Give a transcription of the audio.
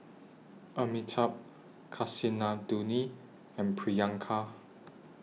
Amitabh Kasinadhuni and Priyanka